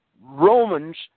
Romans